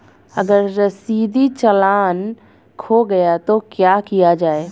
अगर रसीदी चालान खो गया तो क्या किया जाए?